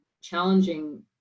challenging